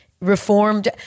reformed